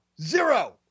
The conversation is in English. zero